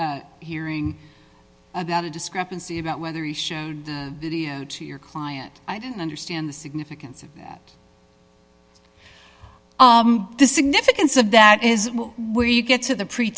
hearing about a discrepancy about whether he showed the video to your client i didn't understand the significance of that the significance of that is where you get to the